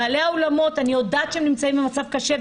בעלי האולמות אני יודעת שהם נמצאים במצב קשה,